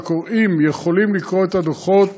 והקוראים יכולים לקרוא את הדוחות